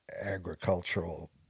agricultural